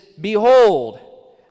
Behold